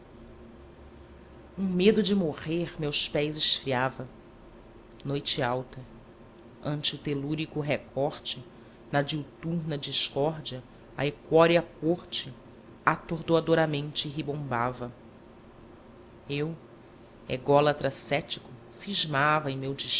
medo de morrer meus pés esfriava